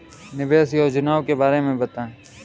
निवेश योजनाओं के बारे में बताएँ?